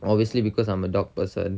obviously because I'm a dog person